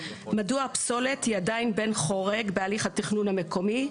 מדוע פסולת היא עדיין בן חורג בהליך התכנון המקומי?